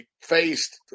faced –